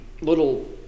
little